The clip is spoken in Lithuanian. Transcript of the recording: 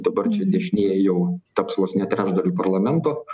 dabar čia dešinieji jau taps vos ne trečdaliu parlamento